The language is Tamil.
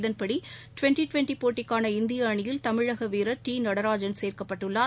இதன்படி டுவெள்டி டுவெள்டி போட்டிக்கான இந்திய அணியில் தமிழக வீரர் டி நடராஜன் சேர்க்கப்பட்டுள்ளார்